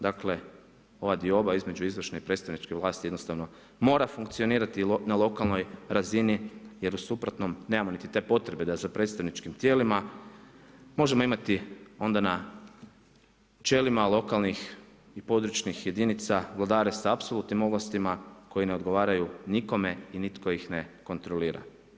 Dakle, ova dioba između izvršne i predstavničke vlasti jednostavno mora funkcionirati i na lokalnoj razini jer u suprotnom nemamo niti te potrebe da sa predstavničkim tijelima možemo imati onda na čelima lokalnih i područnih jedinica vladare sa apsolutnim ovlastima koji ne odgovaraju nikome i nitko ih ne kontrolira.